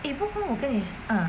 eh 不不我跟你 mm